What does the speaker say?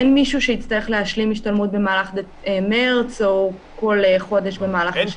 אין מישהו שיצטרך להשלים השתלמות במהלך מרץ או כל חודש במהלך השנה.